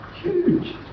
Huge